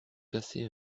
cassez